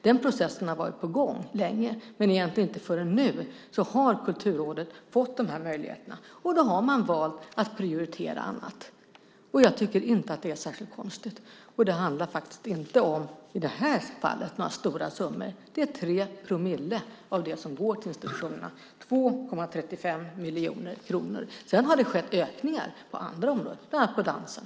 Den processen har varit på gång länge, men inte förrän nu har Kulturrådet fått de här möjligheterna, och då har man valt att prioritera annat. Jag tycker inte att det är särskilt konstigt. Det handlar faktiskt inte om några stora summor. Det är 3 promille av det som går till institutionerna, 2,35 miljoner kronor. Sedan har det skett ökningar på andra områden, bland annat på dansen.